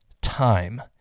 time